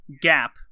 gap